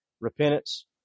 repentance